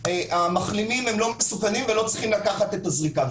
המחלימים לא מסוכנים ולא צריכים לקחת את הזריקה.